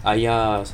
!aiya!